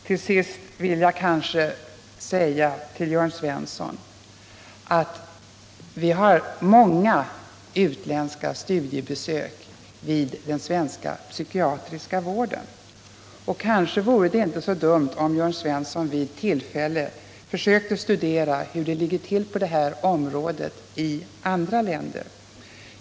Till sist vill jag säga till Jörn Svensson att vi har många utländska studiebesök vid den svenska psykiatriska vården. Kanske vore det inte så dumt om Jörn Svensson vid tillfälle försökte studera hur det står till på det här området i andra länder.